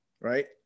Right